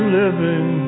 living